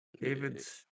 David's